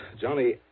Johnny